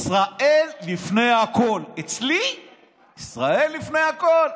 ישראל לפני הכול, אצלי ישראל לפני הכול.